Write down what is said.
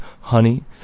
honey